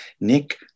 Nick